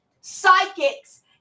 psychics